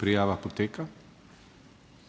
Prijava poteka.